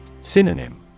Synonym